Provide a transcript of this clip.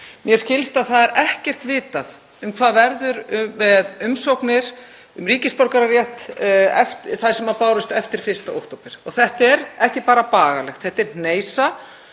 Mér skilst að það sé ekkert vitað hvernig verður með umsóknir um ríkisborgararétt sem bárust eftir 1. október. Þetta er ekki bara bagalegt, þetta er hneisa